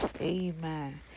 amen